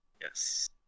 Yes